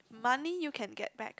money you can get back